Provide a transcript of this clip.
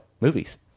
movies